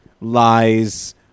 lies